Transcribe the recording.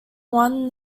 won